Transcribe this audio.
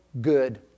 good